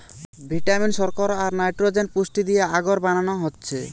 vitamin, শর্করা, আর nitrogen পুষ্টি দিয়ে আগর বানানো হচ্ছে